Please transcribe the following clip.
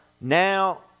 now